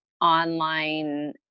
online